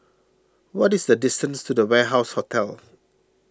what is the distance to the Warehouse Hotel